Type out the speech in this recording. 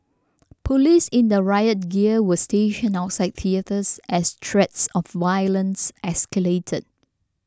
police in the riot gear were stationed outside theatres as threats of violence escalated